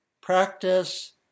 practice